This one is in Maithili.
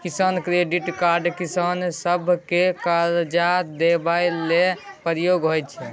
किसान क्रेडिट कार्ड किसान सभकेँ करजा देबा लेल प्रयोग होइ छै